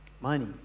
money